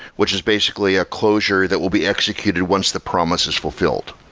which is basically a closure that will be executed once the promise is fulfilled.